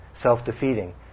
self-defeating